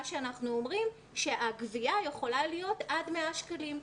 מה אנחנו אומרים זה שהגבייה יכולה להיות עד 100 שקלים.